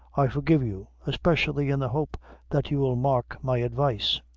i forgive you, especially in the hope that you'll mark my advice.